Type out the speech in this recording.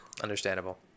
understandable